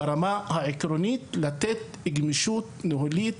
ברמה העקרונית לתת גמישות ניהולית